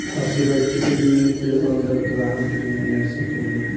असुरक्षित ऋण के अंदर ग्राहक ऋण ले सकेलन